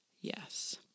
Yes